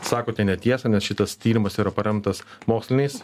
sakote netiesą nes šitas tyrimas yra paremtas moksliniais